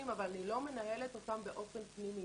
אבל אני לא מנהלת אותם באופן פנימי.